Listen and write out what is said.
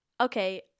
okay